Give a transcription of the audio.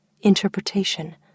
Interpretation